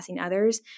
others